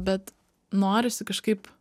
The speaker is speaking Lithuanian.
bet norisi kažkaip